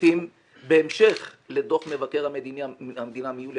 "מחליטים בהמשך לדוח מבקר המדינה מיולי